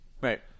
Right